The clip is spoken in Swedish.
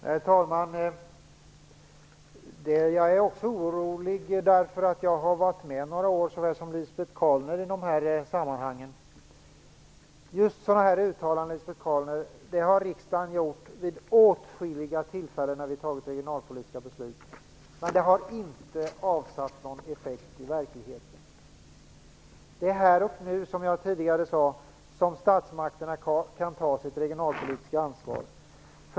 Herr talman! Jag är orolig också därför att jag, likaväl som Lisbet Calner, har varit med några år i de här sammanhangen. Just sådana här uttalanden, fru Calner, har riksdagen gjort vid åtskilliga tillfällen när vi har fattat regionalpolitiska beslut, men de har inte givit någon effekt i verkligheten. Det är, som jag tidigare sade, här och nu som statsmakterna kan ta sitt regionalpolitiska ansvar.